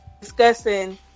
discussing